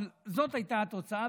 אבל זאת הייתה התוצאה,